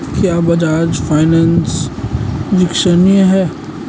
क्या बजाज फाइनेंस विश्वसनीय है?